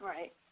Right